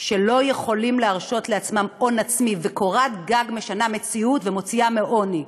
לא יכולים להרשות לעצמם הון עצמי וקורת גג משנה מציאות ומוציאה מעוני,